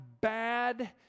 bad